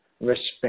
respect